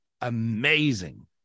amazing